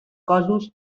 cossos